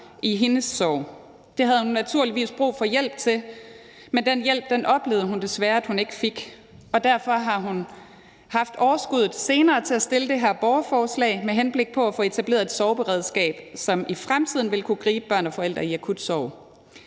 i hendes sorg. Det havde hun naturligvis brug for hjælp til, men den hjælp oplevede hun desværre at hun ikke fik, og derfor har hun, da hun fik overskud til det, senere stillet det her borgerforslag med henblik på at få etableret et sorgberedskab, som i fremtiden vil kunne gribe børn og forældre i akut sorg.